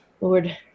Lord